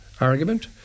Argument